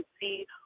see